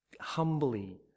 humbly